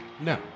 No